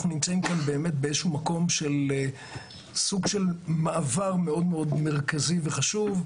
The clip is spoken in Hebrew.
אנחנו נמצאים בסוג של מעבר מאוד מאוד מרכזי וחשוב,